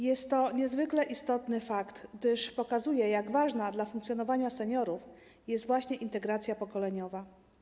Jest to niezwykle istotny fakt, gdyż pokazuje, jak ważna dla funkcjonowania seniorów jest właśnie integracja pokoleniowa.